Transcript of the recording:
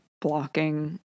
blocking